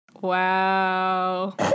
Wow